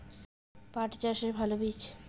পাঠ চাষের ভালো বীজ?